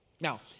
Now